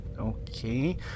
Okay